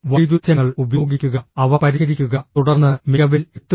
വൈരുദ്ധ്യങ്ങൾ ഉപയോഗിക്കുക അവ പരിഹരിക്കുക തുടർന്ന് മികവിൽ എത്തുക